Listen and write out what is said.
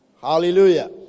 Hallelujah